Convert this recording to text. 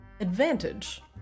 advantage